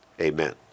Amen